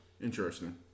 Interesting